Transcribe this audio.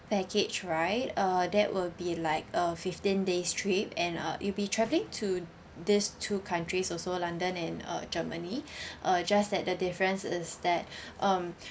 package right uh that will be like uh fifteen days trip and uh you'll be travelling to these two countries also london and uh germany uh just that the difference is that um